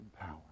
power